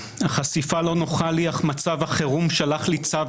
החשיפה לא נוחה לי אך מצב החירום שלח לי צו